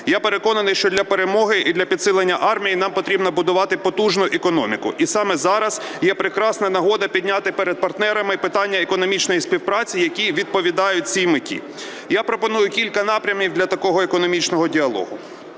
Я переконаний, що для перемоги і для підсилення армії нам потрібно будувати потужну економіку. І саме зараз є прекрасна нагода підняти перед партнерами питання економічної співпраці, які відповідають цій меті. Я пропоную кілька напрямів для такого економічного діалогу.